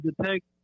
detect